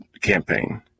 campaign